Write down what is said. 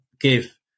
give